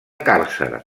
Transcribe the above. càrcer